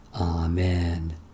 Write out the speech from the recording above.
Amen